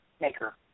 maker